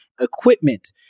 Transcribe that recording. equipment